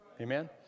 Amen